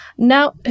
Now